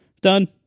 Done